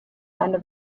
eine